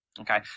Okay